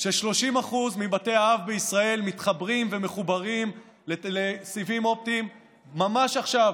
ש-30% מבתי האב בישראל מתחברים ומחוברים לסיבים אופטיים ממש עכשיו,